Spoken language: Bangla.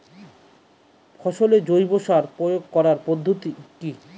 ফসলে জৈব সার প্রয়োগ করার পদ্ধতি কি?